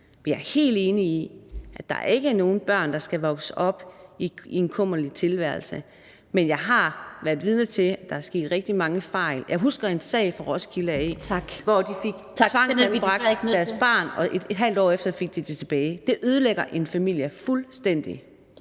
jeg er helt enig i, at der ikke er nogen børn, der skal vokse op i en kummerlig tilværelse, men jeg har været vidne til, at der er sket rigtig mange fejl. Jeg husker en sag fra Roskilde (Den fg. formand (Annette Lind): Tak!), hvor de fik tvangsanbragt deres barn, og et halvt år efter fik de det tilbage; det ødelægger en familie fuldstændig.